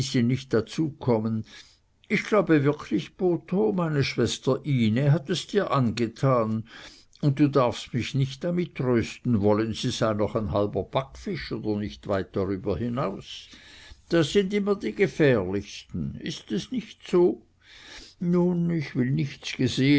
nicht dazu kommen ich glaube wirklich botho meine schwester ine hat es dir angetan und du darfst mich nicht damit trösten wollen sie sei noch ein halber backfisch oder nicht weit darüber hinaus das sind immer die gefährlichsten ist es nicht so nun ich will nichts